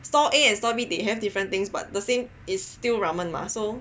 stall A and stall B they have different things but is still ramen mah so